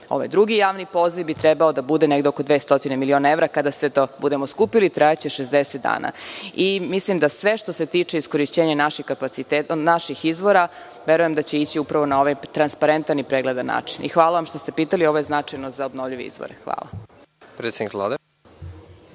drugi javni poziv bi trebao da bude oko 200 miliona evra. Kada sve to budemo skupili trajaće 60 dana. Sve što se tiče iskorišćenja naših izvora, verujem da će ići na ovaj transparentan i pregledan način. Hvala vam što ste pitali, jer je ovo značajno za obnovljive izvore.